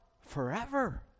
forever